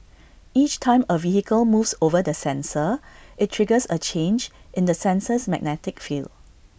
each time A vehicle moves over the sensor IT triggers A change in the sensor's magnetic field